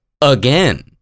again